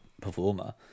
performer